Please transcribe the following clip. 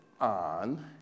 on